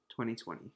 2020